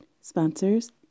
sponsors